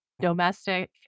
domestic